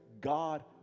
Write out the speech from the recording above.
God